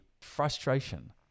frustration